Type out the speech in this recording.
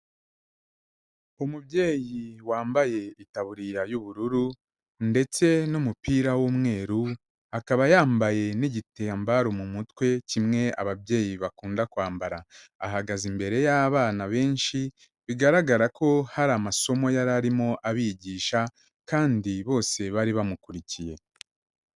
Umubyeyi wambaye itaburiya y'ubururu ndetse n'umupira w'umweru, akaba yambaye n'igitambaro mu mutwe kimwe ababyeyi bakunda kwambara, ahagaze imbere y'abana benshi bigaragara ko hari amasomo yarimo abigisha, kandi bose bari bamukurikiye.